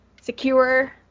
secure